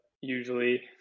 usually